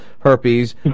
herpes